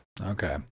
Okay